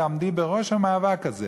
תעמדי בראש המאבק הזה